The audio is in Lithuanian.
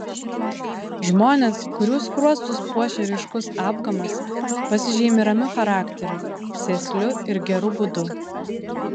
žmonės kurių skruostus puošia ryškus apgamas pasižymi ramiu charakteriu sėsliu ir geru būdu